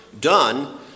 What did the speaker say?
done